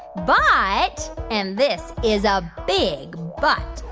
but and this is a big but.